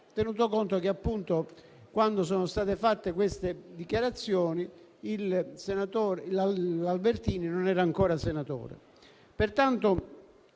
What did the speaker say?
tenuto conto che quando sono state rese tali dichiarazioni Albertini non era ancora senatore.